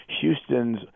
Houston's